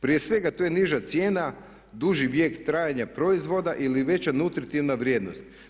Prije svega to je niža cijena, duži vijek trajanja proizvoda ili veća nutritivna vrijednost.